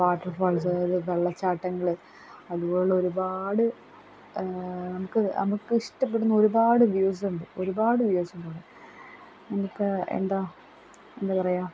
water falls അതുപോലെ വെള്ളച്ചാട്ടങ്ങള് അതുപോലൊരുപാട് നമുക്ക് നമുക്കിഷ്ടപ്പെടുന്ന ഒരുപാട് വ്യൂസുണ്ട് ഒരുപാട് വ്യൂസുണ്ടവിടെ എനിക്ക് എന്താ എന്താ പറയുക